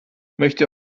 möchte